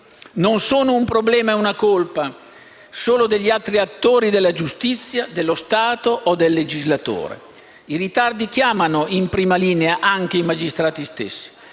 non sono un problema e una colpa solo degli altri attori della giustizia, dello Stato o del legislatore. I ritardi chiamano in prima linea anche i magistrati stessi.